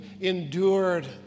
endured